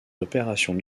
opérations